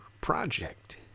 project